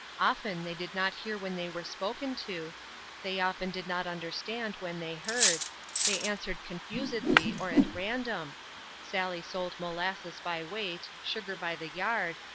often they did not hear when they were spoken to they often did not understand when they heard they answered confusedly or at random sally sold molasses by weight, sugar by the yard,